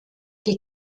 die